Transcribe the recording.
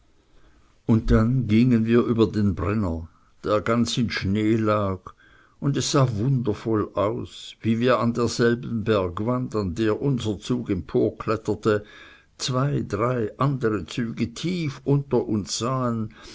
und dann gingen wir über den brenner der ganz in schnee lag und es sah wundervoll aus wie wir an derselben bergwand an der unser zug emporkletterte zwei drei andre züge tief unter uns sahen